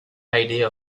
idea